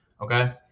okay